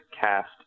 cast